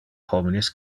homines